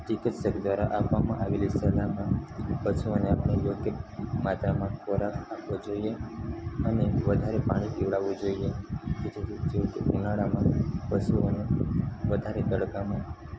ચિકિત્સક દ્વારા આપવામાં આવેલી સલાહમાં પશુઓને આપણે યોગ્ય માત્રામાં ખોરાક આપવો જોઈએ અને વધારે પાણી પીવડાવવું જોઈએ કે જેથી જેમકે ઉનાળામાં પશુઓને વધારે તડકામાં